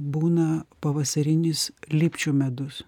būna pavasarinis lipčių medus